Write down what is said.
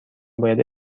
باید